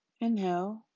inhale